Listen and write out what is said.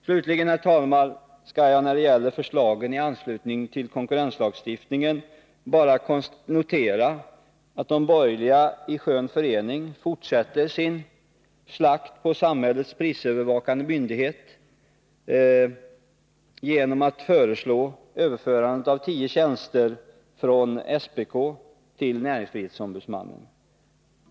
Slutligen, fru talman, skall jag när det gäller förslagen i anslutning till konkurrenslagstiftningen bara notera att de borgerliga i skön förening fortsätter sin slakt på samhällets prisövervakande myndighet genom att föreslå överförandet av tio tjänster från SPK till näringsfrihetsombudsmannen.